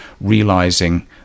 realizing